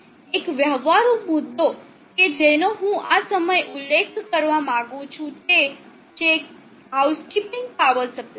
એક વ્યવહારુ મુદ્દો કે જેનો હું આ સમયે ઉલ્લેખ કરવા માંગું છું તે છે હાઉસકીપિંગ પાવર સપ્લાય